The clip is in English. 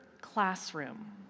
classroom